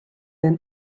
then